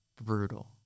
brutal